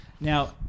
Now